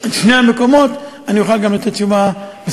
הם שני המקומות, אני אוכל גם לתת תשובה מסודרת.